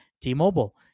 T-Mobile